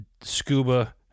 scuba